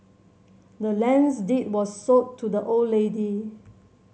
the land's deed was sold to the old lady